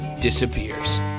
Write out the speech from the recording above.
disappears